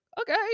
okay